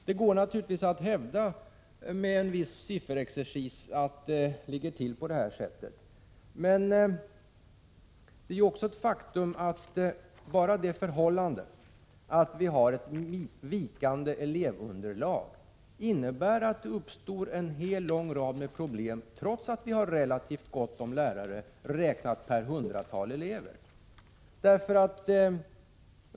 Det går naturligtvis att med en viss sifferexercis hävda att det förhåller sig som Bengt Göransson säger med lärartätheten. Men bara det förhållandet att vi har ett vikande elevunderlag innebär att det uppstår en hel lång rad problem, trots att vi har relativt gott om lärare, räknat per hundratal elever.